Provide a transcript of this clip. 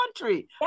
country